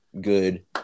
good